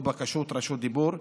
או בקשות רשות דיבור.